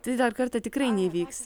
tai dar kartą tikrai neįvyks